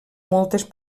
moltes